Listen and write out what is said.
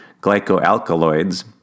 glycoalkaloids